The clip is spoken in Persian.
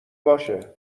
باشه